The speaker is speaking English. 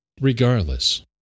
regardless